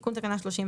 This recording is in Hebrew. תיקון תקנה 31